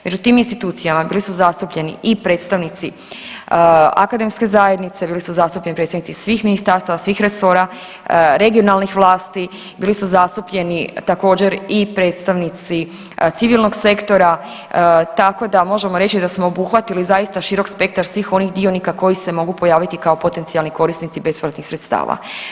Među tim institucijama bili su zastupljeni i predstavnici i akademske zajednice, bili su zastupljeni predstavnici svih ministarstava, svih resora, regionalnih vlasti, bili su zastupljeni također i predstavnici civilnog sektora tako da možemo reći da smo obuhvatili zaista širok spektar svih onih dionika koji se mogu pojaviti kao potencijalni korisnici bespovratnih sredstava.